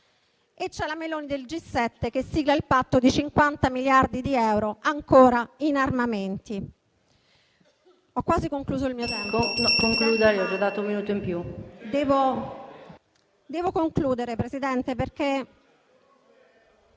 C'è la Meloni del G7 che sigla il patto di 50 miliardi di euro ancora in armamenti.